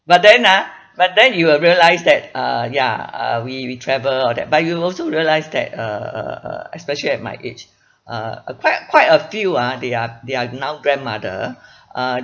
but then ah but then you will realise that uh ya uh we we travel all that but you'll also realise that uh uh uh especially at my age uh a quite quite a few ah they are they are now grandmother uh